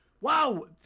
Wow